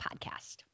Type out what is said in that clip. Podcast